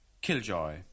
Killjoy